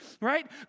right